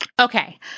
Okay